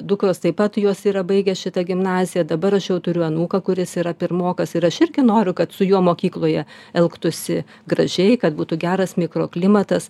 dukros taip pat jos yra baigę šitą gimnaziją dabar aš jau turiu anūką kuris yra pirmokas ir aš irgi noriu kad su juo mokykloje elgtųsi gražiai kad būtų geras mikroklimatas